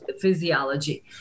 physiology